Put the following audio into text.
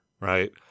right